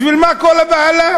בשביל מה כל הבהלה?